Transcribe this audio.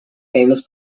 famous